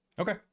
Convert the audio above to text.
Okay